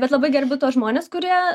bet labai gerbiu tuos žmones kurie